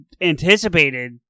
anticipated